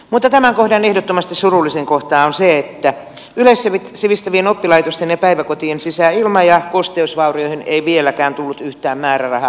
mutta tämän kohdan ehdottomasti surullisin kohta on se että yleissivistävien oppilaitosten ja päiväkotien sisäilma ja kosteusvaurioihin ei vieläkään tullut yhtään määrärahaa